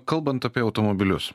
kalbant apie automobilius